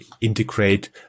integrate